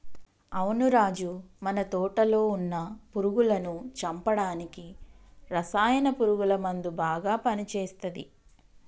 అవును రాజు మన తోటలో వున్న పురుగులను చంపడానికి రసాయన పురుగుల మందు బాగా పని చేస్తది